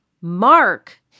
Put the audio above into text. Mark